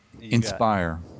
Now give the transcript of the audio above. inspire